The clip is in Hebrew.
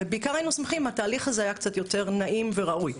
ובעיקר היינו שמחים אם התהליך הזה היה קצת יותר נעים וראוי.